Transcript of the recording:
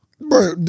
bro